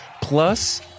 plus